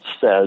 says